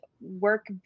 work